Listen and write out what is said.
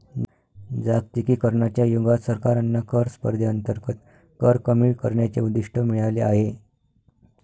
जागतिकीकरणाच्या युगात सरकारांना कर स्पर्धेअंतर्गत कर कमी करण्याचे उद्दिष्ट मिळाले आहे